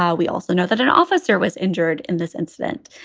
ah we also know that an officer was injured in this incident.